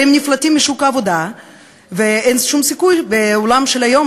הרי הם נפלטים משוק העבודה ואין שום סיכוי בעולם של היום,